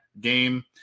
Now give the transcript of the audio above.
game